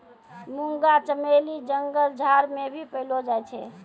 मुंगा चमेली जंगल झाड़ मे भी पैलो जाय छै